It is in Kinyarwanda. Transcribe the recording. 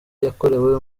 yakorewe